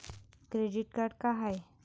Credit card का हाय?